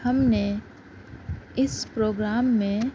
ہم نے اس پروگرام میں